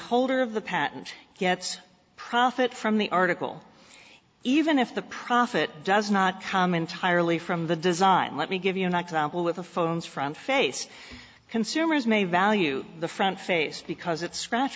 holder of the patent gets profit from the article even if the profit does not come entirely from the design let me give you an example with the phones front face consumers may value the front face because it's scratch